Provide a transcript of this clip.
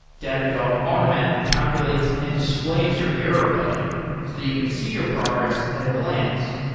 datadog automatically calculates and displays your error budget so that you can see your progress at a glance.